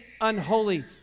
unholy